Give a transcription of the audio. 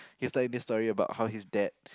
he's like this story about how his dad